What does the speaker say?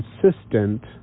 consistent